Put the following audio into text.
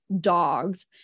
dogs